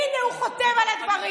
הינה, הוא חותם על הדברים.